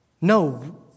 No